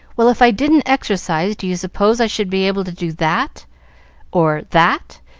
well, if i didn't exercise, do you suppose i should be able to do that or that?